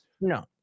No